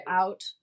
out